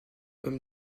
comme